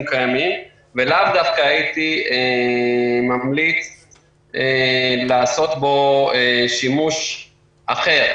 קיימים ולאו דווקא הייתי ממליץ לעשות בו שימוש אחר,